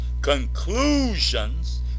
Conclusions